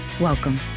Welcome